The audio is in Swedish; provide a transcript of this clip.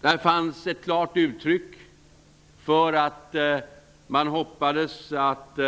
Det fanns ett klart uttryck för att man hoppades att